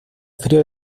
frío